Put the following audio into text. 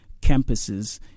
campuses